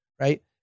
right